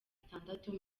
itandatu